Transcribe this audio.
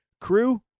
Crew